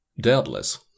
Doubtless